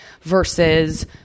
versus